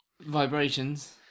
vibrations